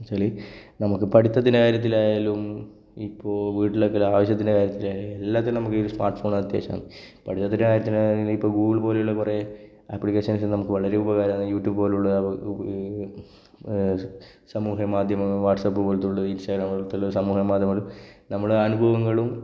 എന്നുവെച്ചാൽ നമുക്ക് പഠിത്തത്തിന്റെ കാര്യത്തിലായാലും ഇപ്പോൾ വീട്ടിലെ പല ആവശ്യത്തിന്റെ കാര്യത്തിലായാലും എല്ലാറ്റിനും നമുക്ക് ഈ സ്മാര്ട്ട് ഫോണ് അത്യാവശ്യം ആണ് പഠിത്തത്തിന്റെ കാര്യത്തിലായാലും ഇപ്പോൾ ഗൂഗിള് പോലെയുള്ള കുറേ അപ്ലിക്കേഷന്സ് നമുക്ക് വളരെ ഉപകാരമാണ് യൂട്യൂബ് പോലെയുള്ള സമൂഹമാധ്യമങ്ങള് വാട്ട്സാപ്പ് പോലത്തുള്ള ഇന്സ്റ്റാഗ്രാം പോലത്തുള്ള സമൂഹമാധ്യമങ്ങള് നമ്മുടെ അനുഭവങ്ങളും